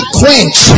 quench